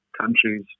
countries